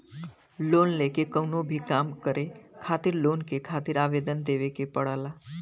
loan लेके कउनो भी काम करे खातिर लोन के खातिर आवेदन देवे के पड़ला